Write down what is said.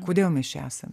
kodėl mes čia esam